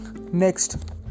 Next